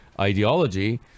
ideology